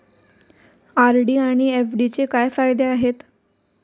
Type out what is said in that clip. RD आणि एफ.डीचे काय फायदे आहेत?